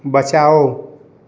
बचाओ